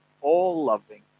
all-loving